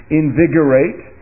invigorate